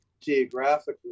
geographically